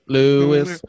Lewis